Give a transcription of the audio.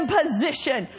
position